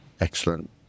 Excellent